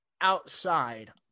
outside